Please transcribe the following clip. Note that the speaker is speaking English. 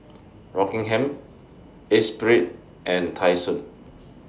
Rockingham Esprit and Tai Sun